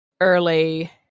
early